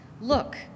Look